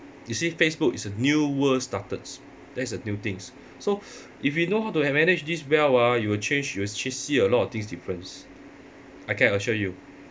you see facebook is a new world started that is a new things so if you know how to manage this well ah you will change you will actually see a lot of things difference okay I show you